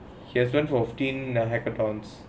he has learnt from fifteen hackathons